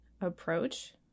approach